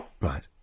Right